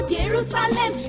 Jerusalem